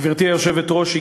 גברתי היושבת-ראש,